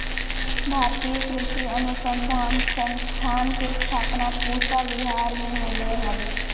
भारतीय कृषि अनुसंधान संस्थान के स्थापना पूसा विहार मे होलय हल